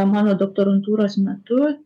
mano doktorantūros metu